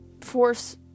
force-